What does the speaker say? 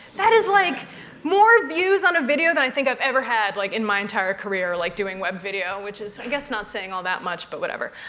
that is like more views on a video than i think i've ever had like in my entire career like doing web video. which is not saying ah that much, but whatever.